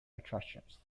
attractions